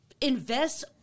invest